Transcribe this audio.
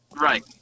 right